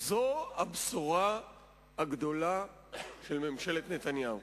זאת הבשורה הגדולה של ממשלת נתניהו.